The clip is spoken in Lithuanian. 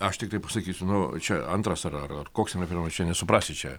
aš tiktai pasakysiu nu čia antras ar ar koks referendumas čia nesuprasi čia